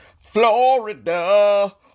Florida